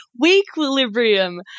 We-equilibrium